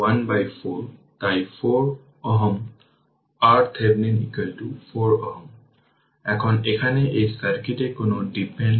এখন Voc পেতে ধরুন এখানে KVL প্রয়োগ করতে পারেন k k এই জিনিসটি KVL এখানে নিজেই আবেদন করতে পারেন